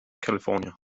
california